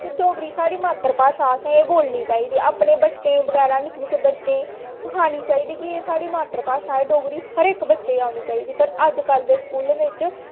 ते डोगरी साढ़ी मात्तर भाशा असें एह् बोलनी चाहिदी अपने बच्चें गी बगैरा निक्के निक्के बच्चें गी सखानी चाहिदी कि एह् साढ़ी मात्तर भाशा ऐ डोगरी हर इक बच्चे गी औनी चाहिदी पर अजकल्ल दे स्कूलें बिच्च